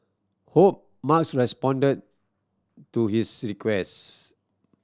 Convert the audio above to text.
hope Musk responded to his request